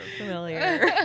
familiar